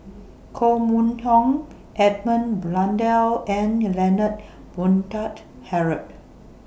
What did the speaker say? Koh Mun Hong Edmund Blundell and Leonard Montague Harrod